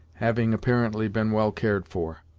having apparently been well cared for.